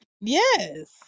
Yes